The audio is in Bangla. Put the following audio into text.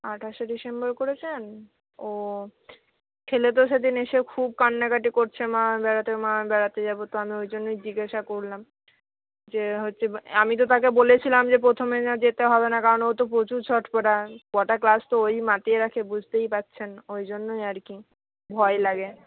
আঠাশে ডিসেম্বর করেছেন ও ছেলে তো সেদিন এসে খুব কান্নাকাটি করছে মা বেড়াতে মা বেড়াতে যাবো তো আমি ওই জন্যই জিজ্ঞেস করলাম যে হচ্ছে আমি তো তাকে বলেছিলাম যে প্রথমে না যেতে হবে না কারণ ও তো প্রচুর ছটপটে গটা ক্লাস তো ওই মাতিয়ে রাখে বুঝতেই পারছেন ওই জন্যই আর কি ভয় লাগে